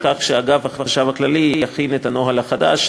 לכך שאגף החשב הכללי יכין את הנוהל החדש.